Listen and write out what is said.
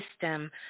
system